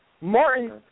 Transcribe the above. Martin